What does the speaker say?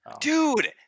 Dude